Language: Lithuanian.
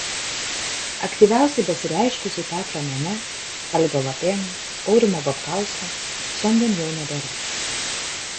aktyviausiai besireiškusių teatro mene algio lapėno aurimo babkausko šiandien jau nebėra